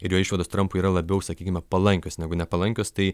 ir jo išvados trampui yra labiau sakykime palankios negu nepalankios tai